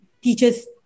teachers